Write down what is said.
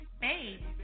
Hey